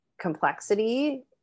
complexity